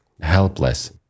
helpless